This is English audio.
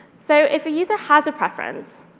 so if a user has a preference,